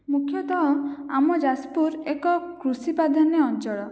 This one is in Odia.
ମୁଖ୍ୟତଃ ଆମ ଯାଜପୁର ଏକ କୃଷି ପ୍ରାଧାନ୍ୟ ଅଞ୍ଚଳ